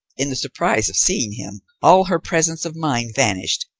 in the surprise of seeing him, all her presence of mind vanished,